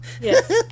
Yes